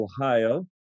Ohio